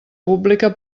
pública